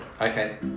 okay